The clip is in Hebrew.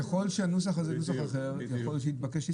ככל שהנוסח הזה יהיה אחר יכול להיות שתתבקש הסתייגות.